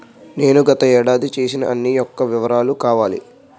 నేను గత ఏడాది చేసిన అన్ని యెక్క వివరాలు కావాలి?